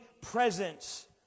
presence